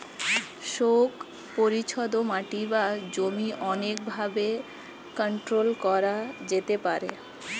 শোক পরিচ্ছদ মাটি বা জমি অনেক ভাবে কন্ট্রোল করা যেতে পারে